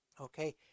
okay